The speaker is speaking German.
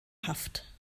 haft